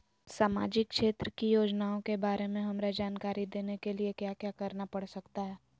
सामाजिक क्षेत्र की योजनाओं के बारे में हमरा जानकारी देने के लिए क्या क्या करना पड़ सकता है?